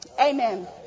Amen